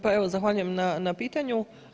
Pa evo zahvaljujem na pitanju.